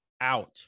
out